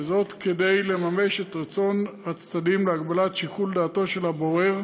וזאת כדי לממש את רצון הצדדים להגבלת שיקול דעתו של הבורר